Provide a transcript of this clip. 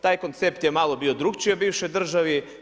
Taj koncept je malo bio drukčiji u bivšoj državi.